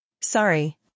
Sorry